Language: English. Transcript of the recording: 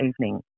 evening